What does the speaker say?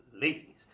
please